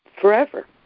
forever